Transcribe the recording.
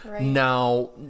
Now